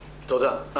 תודה.